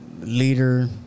Leader